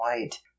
white